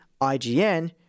IGN